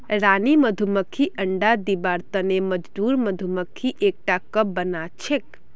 रानी मधुमक्खीक अंडा दिबार तने मजदूर मधुमक्खी एकटा कप बनाछेक